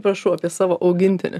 prašau apie savo augintinį